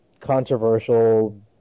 controversial